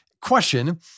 question